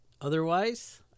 otherwise